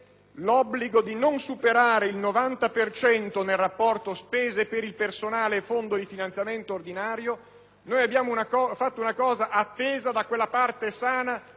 l'obbligo di non superare il 90 per cento nel rapporto tra spese per il personale e fondo di finanziamento ordinario, abbiamo fatto cosa attesa dalla parte sana